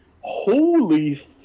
Holy